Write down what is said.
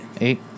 Eight